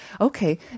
Okay